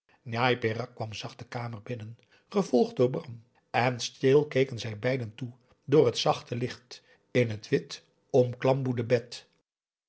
kwam zacht de kamer binnen gevolgd door bram en stil keken zij beiden toe door het zachte licht in het wit omklamboede bed